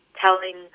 telling